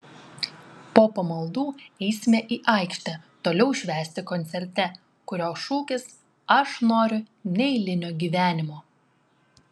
po pamaldų eisime į aikštę toliau švęsti koncerte kurio šūkis aš noriu neeilinio gyvenimo